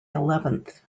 eleventh